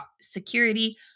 security